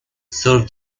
serve